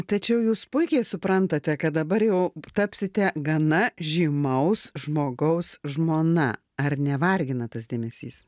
tačiau jūs puikiai suprantate kad dabar jau tapsite gana žymaus žmogaus žmona ar nevargina tas dėmesys